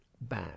bad